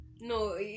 no